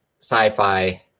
sci-fi